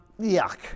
Yuck